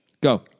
Go